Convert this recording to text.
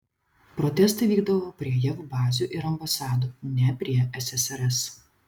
protestai vykdavo prie jav bazių ir ambasadų ne prie ssrs